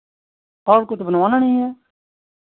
और कुछ तो बनवाना नहीं है